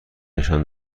نشان